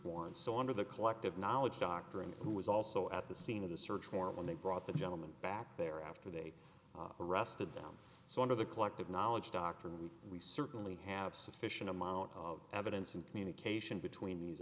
warrant so under the collective knowledge doctoring who was also at the scene of the search warrant when they brought the gentleman back there after they arrested them so under the collective knowledge dr we we certainly have sufficient amount of evidence and communication between